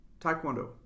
taekwondo